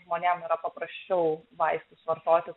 žmonėm paprasčiau vaistus vartoti